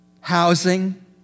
housing